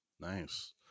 nice